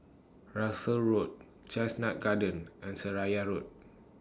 Russels Road Chestnut Gardens and Seraya Road